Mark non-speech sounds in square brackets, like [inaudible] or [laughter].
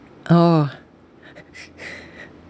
oh [laughs]